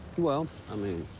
well, i mean.